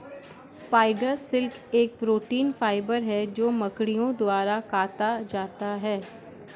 spider silk एक protein fibre है जो मकड़ियों द्वारा काता जाता है